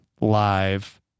live